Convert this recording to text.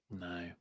No